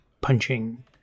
punching